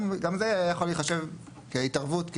גם זה היה יכול להיחשב כהתערבות.